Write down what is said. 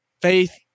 Faith